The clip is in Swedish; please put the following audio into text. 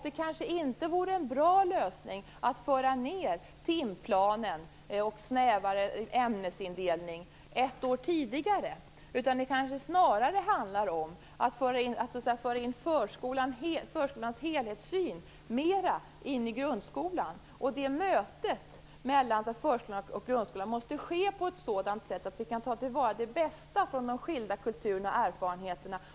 Det kanske inte vore en bra lösning att föra ned timplan och snävare ämnesindelning ett år tidigare, utan det kanske snarare handlar om att föra in förskolans helhetssyn i grundskolan. Detta möte mellan förskolan och grundskolan måste ske på ett sådant sätt att vi kan ta till vara det bästa från de skilda kulturerna och erfarenheterna.